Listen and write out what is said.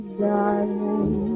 darling